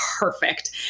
perfect